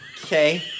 Okay